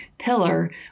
pillar